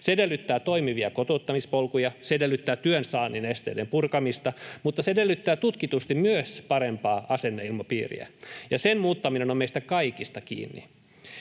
Se edellyttää toimivia kotouttamispolkuja, se edellyttää työn saannin esteiden purkamista, mutta se edellyttää tutkitusti myös parempaa asenneilmapiiriä, ja sen muuttaminen on meistä kaikista kiinni.